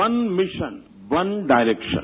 one mission one direction